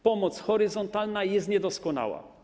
Pomoc horyzontalna jest niedoskonała.